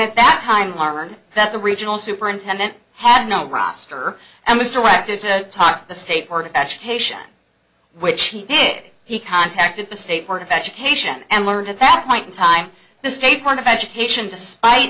at that time learned that the regional superintendent had no roster and was directed to talk to the state board of education which he did he contacted the state board of education and learned at that point in time the state board of education despite